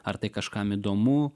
ar tai kažkam įdomu